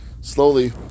slowly